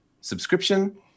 subscription